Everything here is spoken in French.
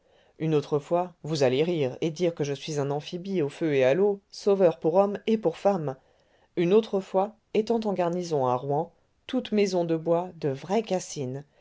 une autre fois vous allez rire et dire que je suis un amphibie au feu et à l'eau sauveur pour hommes et pour femmes une autre fois étant en garnison à rouen toutes maisons de bois de vraies cassines